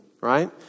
right